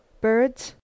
birds